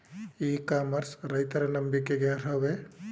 E commerce ರೈತರ ನಂಬಿಕೆಗೆ ಅರ್ಹವೇ?